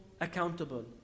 accountable